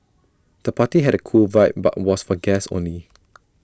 the party had A cool vibe but was for guests only